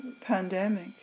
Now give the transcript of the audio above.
pandemic